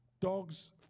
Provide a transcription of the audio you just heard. dogs